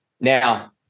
Now